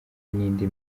indi